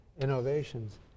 innovations